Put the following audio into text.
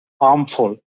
harmful